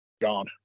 Gone